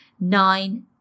nine